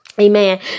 Amen